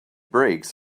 brakes